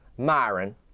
Myron